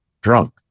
drunk